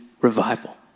revival